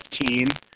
15